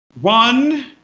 One